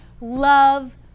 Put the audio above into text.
love